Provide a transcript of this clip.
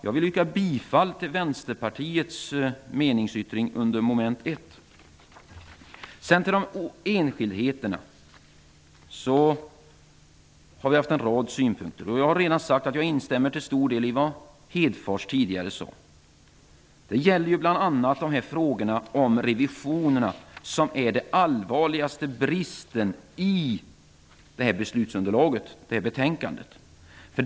Jag vill yrka bifall till Vänsterpartiets meningsyttring under mom. 1. När det gäller enskildheterna har vi haft en rad synpunkter. Jag har redan sagt att jag till stor del instämmer i vad Lars Hedfors tidigare sade. Det gäller bl.a. frågorna om revision, som är den allvarligaste bristen i beslutsunderlaget i det här betänkandet.